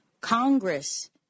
Congress